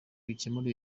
bikemura